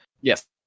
Yes